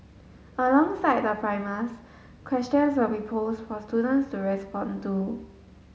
alongside the primers questions will be posed for students to respond to